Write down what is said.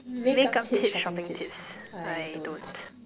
makeup tips shopping tips I don't